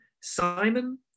Simon